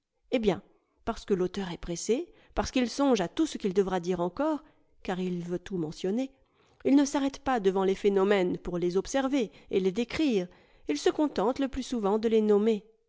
eh bien parce que l'auteur est pressé parce qu'il songe à tout ce qu'il devra dire encore car il veut tout mentionner il ne s'arrête pas devant les phénomènes pour les observer et les décrire il se contente le plus souvent de les nommer